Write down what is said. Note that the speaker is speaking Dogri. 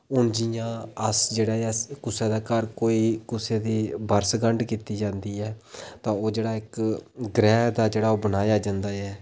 हून अस जियां ऐ अस कुसै दे घर कोई कुसै दी बरसगंढ कीती जंदी ऐ तां जेह्ड़ा ग्रह दा ओह् बनाया जंदा ऐ